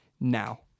now